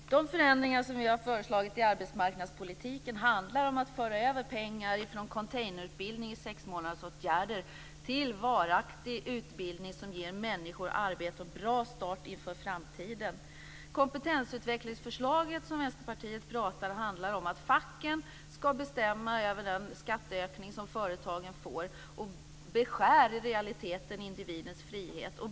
Fru talman! De förändringar som vi har föreslagit i arbetsmarknadspolitiken handlar om att föra över pengar från containerutbildning i sexmånadersåtgärder till varaktig utbildning som ger människor arbete och en bra start inför framtiden. Kompetensutvecklingsförslaget som Vänsterpartiet talar om handlar om att facken ska bestämma över den skatteökning som företagen får, vilket i realiteten beskär individens frihet.